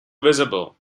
visible